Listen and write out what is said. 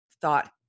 thought